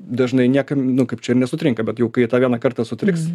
dažnai niekam nu kaip čia nesutrinka bet jau kai tą vieną kartą sutriks